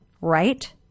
right